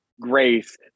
grace